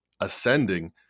ascending